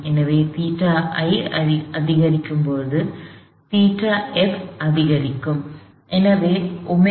எனவே ϴi அதிகரிக்கும் போது ϴf அதிகரிக்கும்